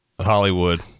hollywood